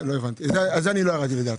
לא הבנתי, על זה אני לא ירדתי לסוף דעתך.